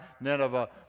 Nineveh